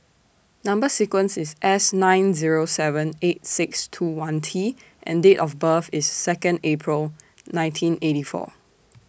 Number sequence IS S nine Zero seven eight six two one T and Date of birth IS Second April nineteen eighty four